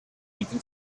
even